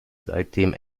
seitdem